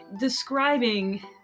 Describing